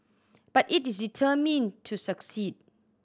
but it is determined to succeed